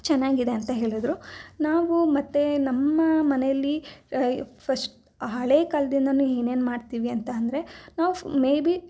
ಚೆನ್ನಾಗಿದೆ ಅಂತ ಹೇಳಿದ್ರು ನಾವು ಮತ್ತು ನಮ್ಮ ಮನೇಲಿ ಫಸ್ಟ್ ಹಳೆ ಕಾಲದಿಂದಾನು ಏನೇನು ಮಾಡ್ತೀವಿ ಅಂತ ಅಂದರೆ ನಾವು ಮೇ ಬಿ